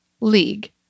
league